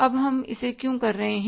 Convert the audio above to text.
अब हम इसे क्यों कर रहे हैं